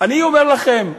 אני אומר לכם,